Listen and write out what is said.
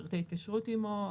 פרטי התקשרות עימו,